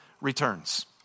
returns